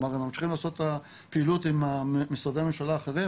הם המשיכו לעשות את הפעילות עם משרדי הממשלה האחרים,